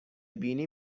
بینی